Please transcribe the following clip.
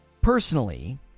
personally